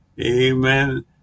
amen